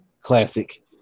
classic